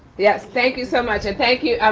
yes, thank you so much. and thank you,